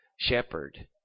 shepherd